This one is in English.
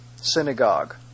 synagogue